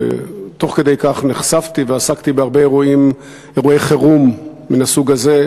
ותוך כדי כך נחשפתי ועסקתי בהרבה אירועי חירום מן הסוג הזה,